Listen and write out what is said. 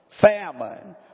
famine